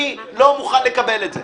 אני לא מוכן לקבל את זה.